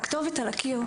הכתובת על הקיר.